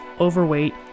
overweight